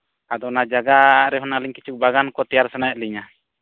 ᱟᱫᱚ ᱚᱱᱟ ᱡᱟᱭᱜᱟ ᱨᱮ ᱦᱩᱱᱟᱹᱜ ᱟᱹᱞᱤᱧ ᱠᱤᱪᱷᱩ ᱵᱟᱜᱟᱱ ᱠᱚ ᱛᱮᱭᱟᱨ ᱥᱟᱱᱟᱭᱮᱫ ᱞᱤᱧᱟᱹ